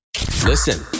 Listen